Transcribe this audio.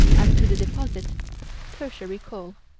as to the deposit tertiary coal.